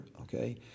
Okay